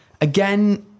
Again